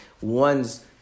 one's